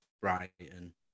Brighton